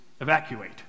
evacuate